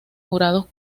jurados